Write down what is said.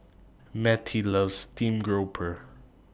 Mettie loves Stream Grouper